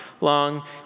long